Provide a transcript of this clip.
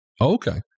Okay